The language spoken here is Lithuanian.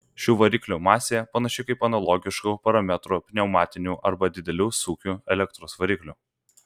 šių variklių masė panaši kaip analogiškų parametrų pneumatinių arba didelių sūkių elektros variklių